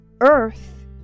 earth